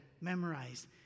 memorized